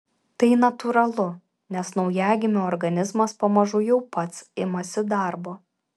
tai natūralu nes naujagimio organizmas pamažu jau pats imasi darbo